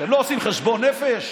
אתם לא עושים חשבון נפש?